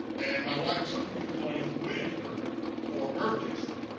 and my wife took me to colonial williamsburg for a birthday trip.